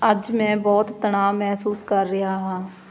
ਅੱਜ ਮੈਂ ਬਹੁਤ ਤਣਾਅ ਮਹਿਸੂਸ ਕਰ ਰਿਹਾ ਹਾਂ